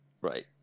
Right